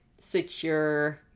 secure